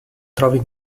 trovi